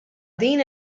din